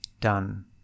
done